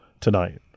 tonight